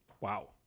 Wow